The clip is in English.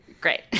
Great